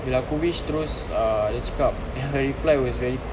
bila aku wish terus ah dia cakap her reply was very